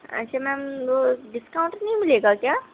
اچھا میم وہ ڈسکاؤنٹ نہیں ملے گا کیا